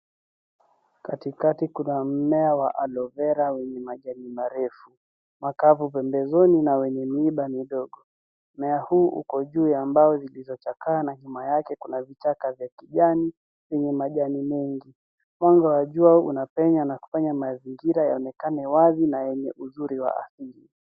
Katikati kuna mmea wa alovera wenye majani marefu, makavu pembezoni na wenye miiba midogo. Mmea huu uko juu ya mbao zilizochakaa na nyuma yake kuna vichaka vya kijani yenye majani mengi. Mwanga wa jua unapenya na kufanya mazingira yaonekane wazi na yenye uzuri wa asili.